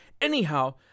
Anyhow